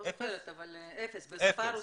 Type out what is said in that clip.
לא זוכר, אבל אפס בשפה הרוסית.